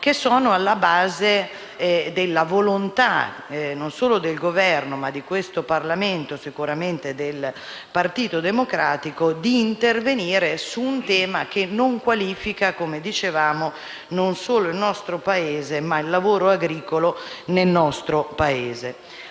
sono alla base della volontà non solo del Governo ma di questo Parlamento e sicuramente del Partito Democratico di intervenire su un tema che squalifica, come dicevamo, non solo il lavoro agricolo nel nostro Paese